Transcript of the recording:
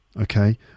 okay